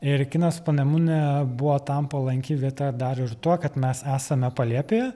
ir kinas panemunė buvo tam palanki vieta dar ir tuo kad mes esame palėpėje